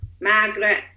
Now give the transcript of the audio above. Margaret